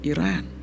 Iran